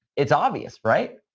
it's obvious, right?